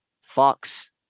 Fox